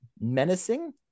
menacing